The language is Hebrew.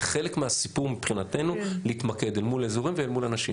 זה חלק מהסיפור מבחינתנו להתמקד אל מול אזורים ואל מול אנשים.